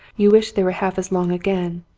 you wish they were half as long again.